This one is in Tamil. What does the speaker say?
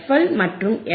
எல் மற்றும் எஃப்